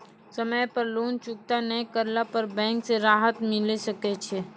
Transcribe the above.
समय पर लोन चुकता नैय करला पर बैंक से राहत मिले सकय छै?